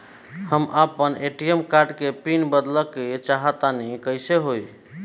हम आपन ATM card के पीन बदलल चाहऽ तनि कइसे होई?